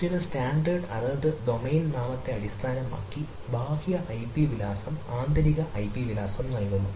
ചില സ്റ്റാൻഡേർഡ് അതത് ഡൊമെയ്ൻ നാമത്തെ അടിസ്ഥാനമാക്കി ബാഹ്യ ഐപി വിലാസം ആന്തരിക ഐപി വിലാസം നൽകുന്നു